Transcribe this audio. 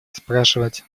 спрашивать